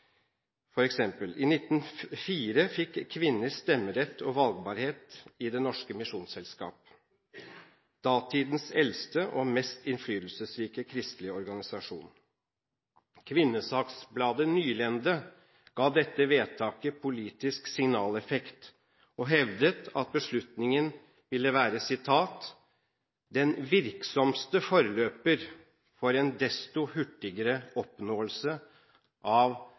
I 1904 fikk kvinner stemmerett og valgbarhet i Det Norske Misjonsselskap datidens eldste og mest innflytelsesrike kristelige organisasjon. Kvinnesaksbladet Nylænde ga dette vedtaket politisk signaleffekt og hevdet at beslutningen ville være «den virksomste forløber for en desto hurtigere